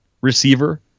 receiver